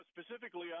Specifically